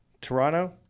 toronto